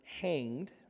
hanged